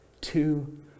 Two